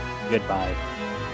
Goodbye